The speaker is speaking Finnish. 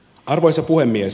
arvoisa puhemies